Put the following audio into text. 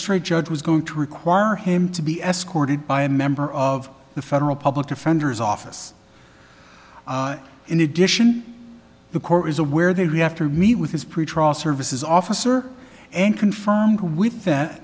e judge was going to require him to be escorted by a member of the federal public defender's office in addition the court is aware they re after meet with his pretrial services officer and confirmed with that